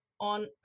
on